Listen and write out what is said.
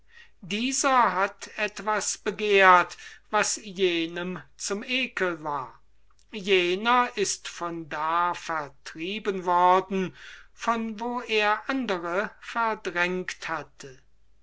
dieser hat etwas begehrt was jenem zum ekel war jener ist von da vertrieben worden von wo er andere verdrängt hatte